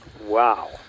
Wow